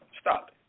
Stop